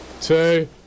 two